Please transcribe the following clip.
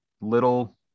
little